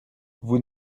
vous